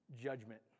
Judgment